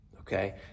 okay